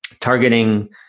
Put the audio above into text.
targeting